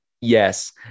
yes